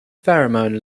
pheromone